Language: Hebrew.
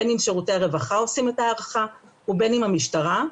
בין אם שירותי הרווחה עושים את ההערכה ובין אם המשטרה,